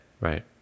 Right